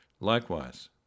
Likewise